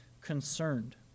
concerned